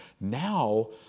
Now